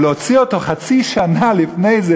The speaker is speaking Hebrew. אבל להוציא אותו חצי שנה לפני,